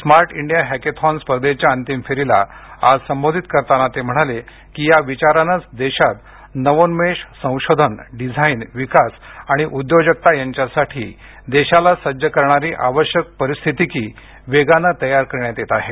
smart India hackathon स्पर्धेच्या अंतिम फेरीला आज संबोधित करताना ते म्हणाले की या विचारानेच देशात नवोन्मेष संशोधन डिझाईन विकास आणि उद्योजकता यांच्यासाठी देशाला सज्ज करणारी आवश्यक परिस्थितिकी वेगाने तयार करण्यात येत आहे